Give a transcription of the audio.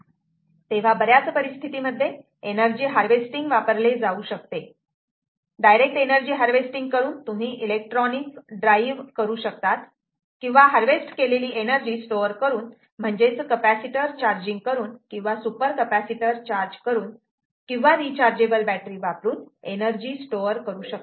तेव्हा बऱ्याच परिस्थितीमध्ये एनर्जी हार्वेस्टिंग वापरले जाऊ शकते डायरेक्ट एनर्जी हार्वेस्टिंग करून तुम्ही इलेक्ट्रॉनिक ड्राईव्ह करू शकतात किंवा हार्वेस्ट केलेली एनर्जी स्टोअर करून म्हणजेच कपॅसिटर चार्जिंग करून किंवा सुपर कपॅसिटर चार्ज करून किंवा रिचार्जेबल बॅटरी वापरून एनर्जी स्टोअर करू शकतात